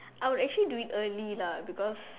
I would actually do it early lah because